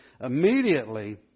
immediately